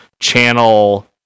channel